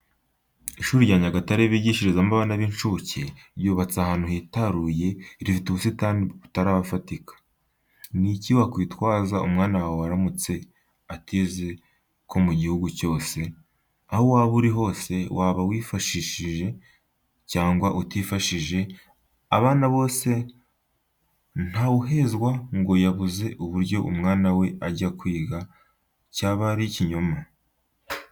Ishuri ryiza rya Nyagatare bigishirizamo abana b'incuke, ryubatse ahantu hitaruye rifite ubusitani butarafatika. Ni iki wakwitwaza umwana wawe aramutse atize ko mu gihugu cyose? Aho waba uri hose uko waba wifashije cyangwa utifashije abana bose ntawuhezwa ngo yabuze uburyo umwana we ajya kwiga, cyaba ari ikinyoma.